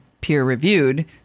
peer-reviewed